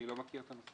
אני לא מכיר את הנושא.